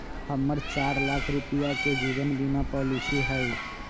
हम्मर चार लाख रुपीया के जीवन बीमा पॉलिसी हई